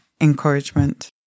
encouragement